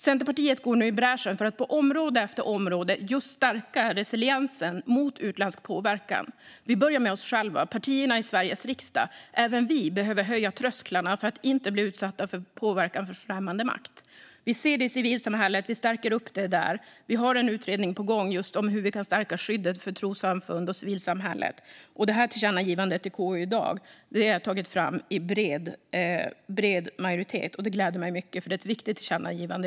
Centerpartiet går nu i bräschen för att på område efter område just stärka resiliensen mot utländsk påverkan. Vi börjar med oss själva, partierna i Sveriges riksdag. Även vi behöver höja trösklarna för att inte bli utsatta för påverkan från främmande makt. Vi ser det i civilsamhället. Vi stärker upp det där. Vi har en utredning på gång just om hur vi kan stärka skyddet för trossamfund och civilsamhälle. Dagens förslag till tillkännagivande har tagits fram av en bred majoritet i KU. Det gläder mig mycket, för det är ett viktigt tillkännagivande.